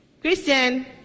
Christian